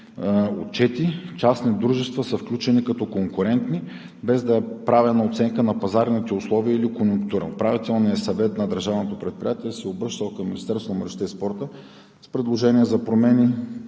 отчети частни дружества са включени като конкурентни, без да е правена оценка на пазарните условия или конюнктура. Управителният съвет на Държавното предприятие се е обръщал към Министерството на младежта